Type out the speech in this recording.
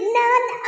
none